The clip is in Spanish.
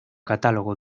catálogo